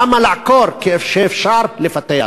למה לעקור כשאפשר לפתח?